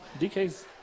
DK's